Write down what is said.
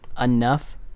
enough